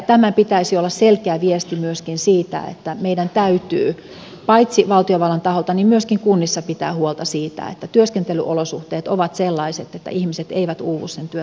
tämän pitäisi olla selkeä viesti myöskin siitä että meidän täytyy paitsi valtiovallan taholta myöskin kunnissa pitää huolta siitä että työskentelyolosuhteet ovat sellaiset että ihmiset eivät uuvu sen työtaakkansa alle